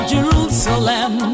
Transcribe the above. Jerusalem